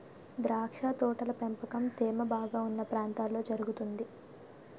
ద్రాక్ష తోటల పెంపకం తేమ బాగా ఉన్న ప్రాంతాల్లో జరుగుతుంది